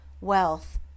wealth